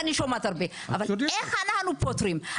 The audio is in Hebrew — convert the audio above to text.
ממש אני שומעת הרבה, אבל איך אנחנו פותרים?